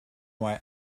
why